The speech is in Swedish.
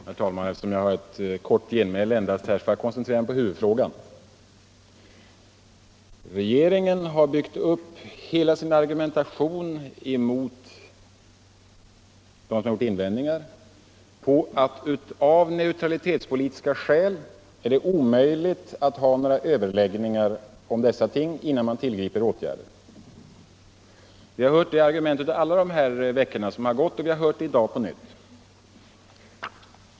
Herr talman! Eftersom jag endast fått ordet för kort genmäle skall jag koncentrera mig på huvudfrågan. Regeringen har byggt upp hela sin argumentation mot dem som gjort invändningar på att det av:neutralitetspolitiska skäl är omöjligt att ha några överläggningar om dessa ting, innan man tillgriper åtgärder. Vi har hört det argumentet under alla de veckor som gått, och vi har hört det i dag på nytt.